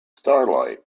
starlight